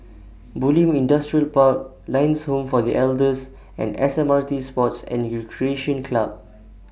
Bulim Industrial Park Lions Home For The Elders and S M R T Sports and Recreation Club